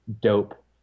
dope